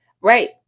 Right